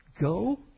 Go